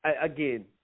again